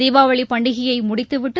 தீபாவளிபண்டிகையைமுடித்துவிட்டு